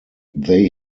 they